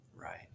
right